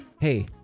hey